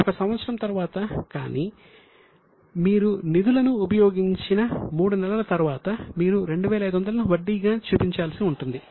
1 సంవత్సరం తరువాత కానీ మీరు నిధులను ఉపయోగించిన 3 నెలల తరువాత మీరు 2500 ను వడ్డీగా చూపించాల్సి ఉంటుంది